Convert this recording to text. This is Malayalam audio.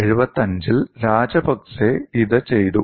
1975 ൽ രാജപക്സെ ഇത് ചെയ്തു